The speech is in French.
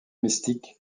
mystique